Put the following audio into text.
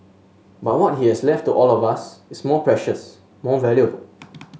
but what he has left to all of us is more precious more valuable